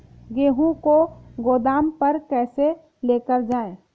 गेहूँ को गोदाम पर कैसे लेकर जाएँ?